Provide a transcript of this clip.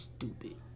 stupid